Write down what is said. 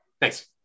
Thanks